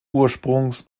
ursprungs